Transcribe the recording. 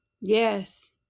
yes